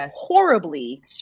horribly